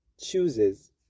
chooses